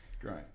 Great